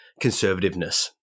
conservativeness